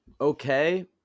okay